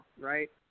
right